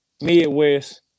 midwest